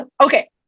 Okay